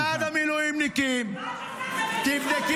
אתה מפריע